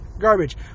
garbage